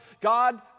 God